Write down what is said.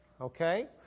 Okay